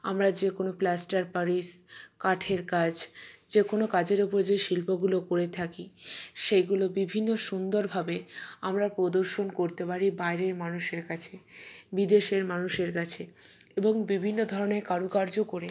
আমরা যে কোনো প্লাস্টার প্যারিস কাঠের কাজ যে কোনো কাজের ওপর যে শিল্পগুলো করে থাকি সেইগুলো বিভিন্ন সুন্দরভাবে আমরা প্রদর্শন করতে পারি বাইরের মানুষের কাছে বিদেশের মানুষের কাছে এবং বিভিন্ন ধরনের কারুকার্য করে